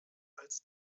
als